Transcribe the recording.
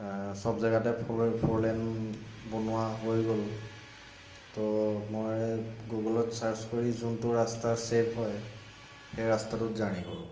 চব জেগাতে four lane বনোৱা হৈ গ'ল তো মই গুগলত ছাৰ্জ কৰি যোনটো ৰাস্তা ছেফ হয় সেই ৰাস্তাটোত জাৰ্ণি কৰোঁ